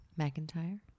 McIntyre